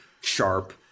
sharp –